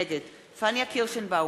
נגד פניה קירשנבאום,